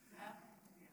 גדול, גדול.